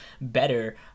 better